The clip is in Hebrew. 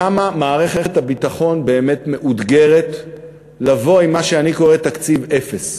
כמה מערכת הביטחון באמת מאותגרת לבוא עם מה שאני קורא תקציב אפס?